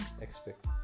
expect